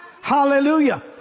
Hallelujah